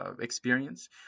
experience